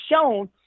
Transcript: shown